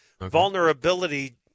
Vulnerability